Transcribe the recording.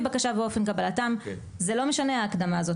בקשה ואופן קבלתם --- זה לא משנה ההקדמה הזאת,